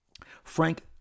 Frank